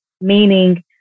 meaning